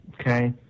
Okay